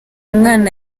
mwana